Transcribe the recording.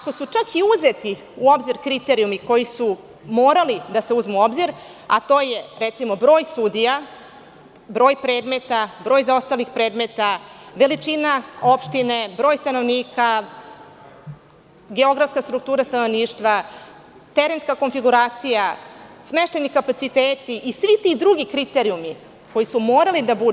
Ukoliko su čak i uzeti u obzir kriterijumi koji su morali da se uzmu u obzir, a to je recimo broj sudija, broj predmeta, broj zaostalih predmeta, veličina opštine, broj stanovnika, geografska struktura stanovništva, terenska konfiguracija, smeštajni kapaciteti i svi ti drugi kriterijumi koji su morali da budu.